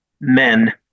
men